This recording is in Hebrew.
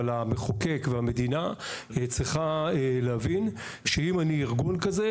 אבל המחוקק והמדינה צריכים להבין שאם אני ארגון כזה,